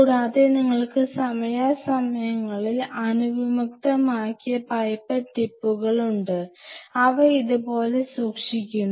കൂടാതെ നിങ്ങൾക്ക് സമയാസമയങ്ങളിൽ അണുവിമുക്തമാക്കിയ പൈപ്പറ്റ് ടിപ്പുകൾ ഉണ്ട് അവ ഇതുപോലെ സൂക്ഷിക്കുന്നു